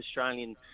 Australian